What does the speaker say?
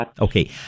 Okay